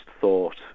thought